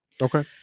Okay